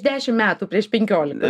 dešimt metų prieš penkioliką